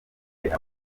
ifite